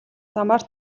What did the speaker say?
замаар